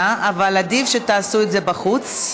אנחנו עוברים להצעת חוק התרת נישואין אזרחיים (תיקוני